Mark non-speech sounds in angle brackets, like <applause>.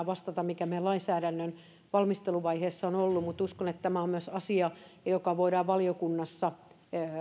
<unintelligible> vastata siihen mikä meidän lainsäädännön valmisteluvaiheessa on ollut mutta uskon että tämä on myös asia joka voidaan valiokunnassa